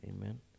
amen